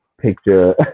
picture